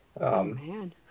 man